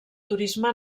turisme